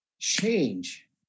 change